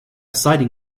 siding